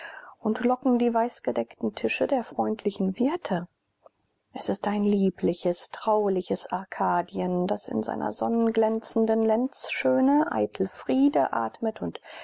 und locken die weißgedeckten tische der freundlichen wirte es ist ein liebliches trauliches arkadien das in seiner sonnenglänzenden lenzschöne eitel friede atmet und